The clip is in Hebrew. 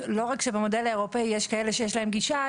לא רק שבמודל האירופאי יש כאלה שיש להם גישה,